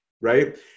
right